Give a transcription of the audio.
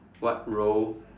what role